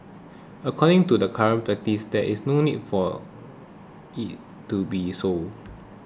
according to the current practice there is no need for it to be so